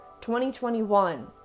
2021